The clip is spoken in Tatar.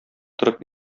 торып